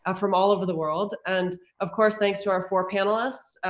ah from all over the world. and of course, thanks to our four panelists.